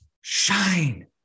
shine